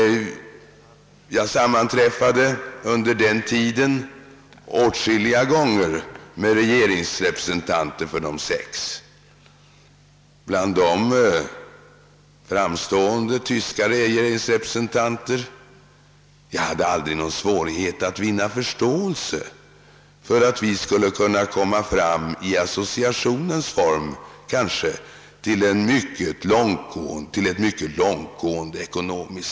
Jag sammanträffade under denna tid åtskilliga gånger med regeringsrepresentanter för De sex, bland dem framstående tyska regeringsrepresentanter. Jag hade aldrig någon svårighet att vinna förståelse för att vi kanske skulle kunna komma fram i associationens form till ett mycket långtgående ekonomiskt .